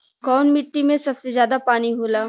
कौन मिट्टी मे सबसे ज्यादा पानी होला?